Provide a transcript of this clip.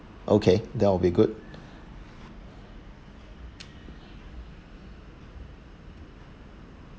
okay that will be good